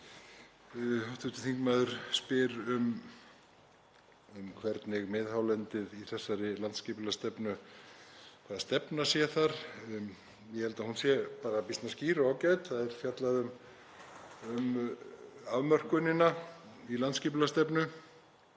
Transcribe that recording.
Hv. þingmaður spyr um miðhálendið í þessari landsskipulagsstefnu og hvaða stefna sé þar. Ég held að hún sé bara býsna skýr og ágæt. Það er fjallað um afmörkunina í landsskipulagsstefnu.